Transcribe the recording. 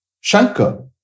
Shankar